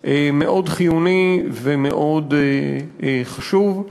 מאוד חיוני ומאוד חשוב.